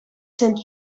saint